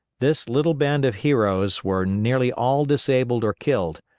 this little band of heroes were nearly all disabled or killed,